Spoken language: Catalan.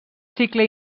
cicle